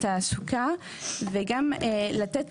חייבים לתקן את זה, ואני איתכם, השר והיושב ראש.